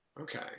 okay